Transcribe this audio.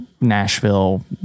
Nashville